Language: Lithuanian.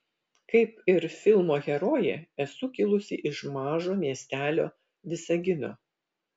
kaip ir filmo herojė esu kilusi iš mažo miestelio visagino